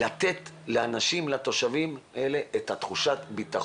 שאלתי אותך מתי אתם מתערבים ומתי אתם לא מתערבים.